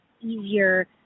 easier